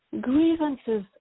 grievances